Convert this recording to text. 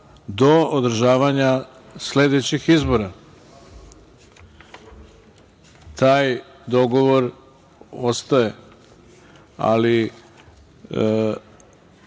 do održavanja sledećih izbora. Taj dogovor ostaje, ali